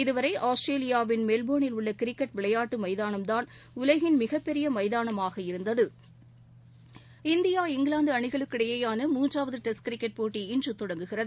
இதுவரை ஆஸ்திரேலியாவின் மெல்போர்னில் உள்ளகிரிக்கெட் விளையாட்டுமைதானம்தான் உலகின் மிகப்பெரியமைதானமாக இருந்தது இந்தியா இங்கிலாந்துஅணிகளுக்கிடையிலான மூன்றாவதுடெஸ்ட் போட்டி இன்றுதொடங்குகிறது